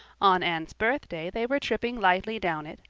on anne's birthday they were tripping lightly down it,